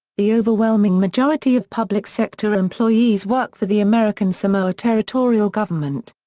the overwhelming majority of public sector employees work for the american samoa territorial government.